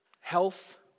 health